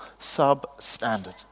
substandard